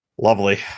lovely